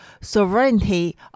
sovereignty